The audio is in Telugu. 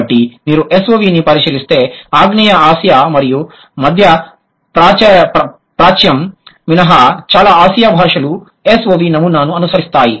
కాబట్టి మీరు SOV ని పరిశీలిస్తే ఆగ్నేయ ఆసియా మరియు మధ్యప్రాచ్యం మినహా చాలా ఆసియా భాషలు SOV నమూనాను అనుసరిస్తాయి